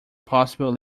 possible